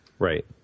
Right